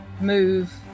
move